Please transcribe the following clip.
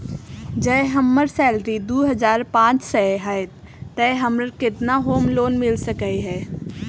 जँ हम्मर सैलरी दु हजार पांच सै हएत तऽ हमरा केतना होम लोन मिल सकै है?